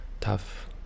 Tough